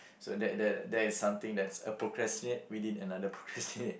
so that that that is something that's procrastinate within another procrastinate